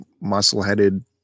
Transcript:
muscle-headed